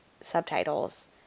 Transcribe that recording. subtitles